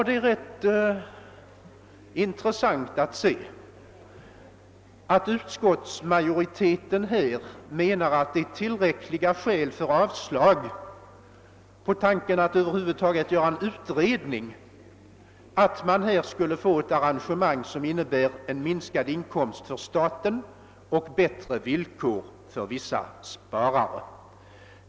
Det är rätt intressant att se att utskottsmajoriteten här menar att det är tillräckliga skäl för avstyrkande av tanken att över huvud taget göra en utredning att man skulle få ett arrangemang som innebär minskad inkomst för staten och bättre villkor för vissa sparare.